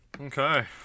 Okay